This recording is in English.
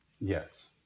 Yes